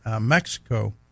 Mexico